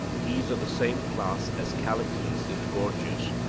he is of the same class as callicles in the gorgias,